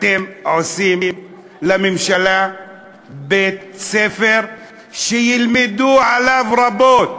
אתם עושים לממשלה בית-ספר, שילמדו עליו רבות.